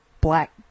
black